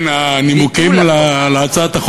אני אומר לך,